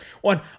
One